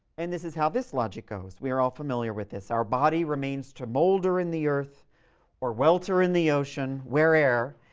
and this is how this logic goes we are all familiar with this our body remains to molder in the earth or welter in the ocean where'ere,